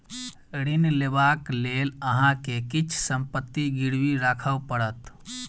ऋण लेबाक लेल अहाँ के किछ संपत्ति गिरवी राखअ पड़त